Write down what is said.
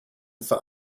for